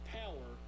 power